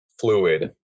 fluid